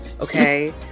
Okay